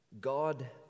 God